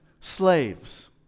slaves